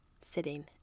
sitting